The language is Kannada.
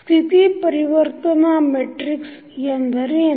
ಸ್ಥಿತಿ ಪರಿವರ್ತನಾ ಮೆಟ್ರಿಕ್ಸ್ ಎಂದರೇನು